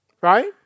Right